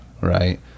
right